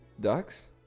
ducks